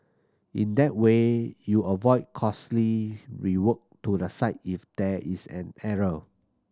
in that way you avoid costly rework to the site if there is an error